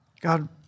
God